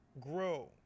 grow